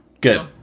Good